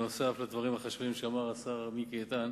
נוסף על דברים החשובים שאמר השר מיקי איתן: